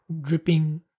Dripping